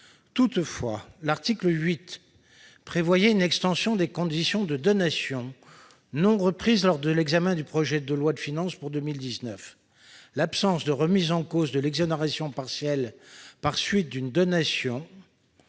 Toutefois, l'article 8 prévoyait une extension des conditions de donation, non reprise lors de l'examen du projet de loi de finances pour 2019 : l'exonération partielle par suite d'une donation,